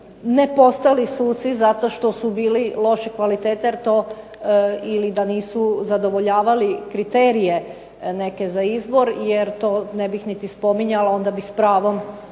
ne postali suci zato što su bili loše kvalitete jer to ili da nisu zadovoljavali kriterije neke za izbor jer to ne bih niti spominjala, onda bi s pravom